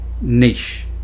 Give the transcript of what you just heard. niche